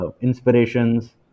inspirations